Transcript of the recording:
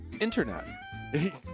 Internet